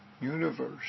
universe